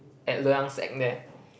at Loyang sec there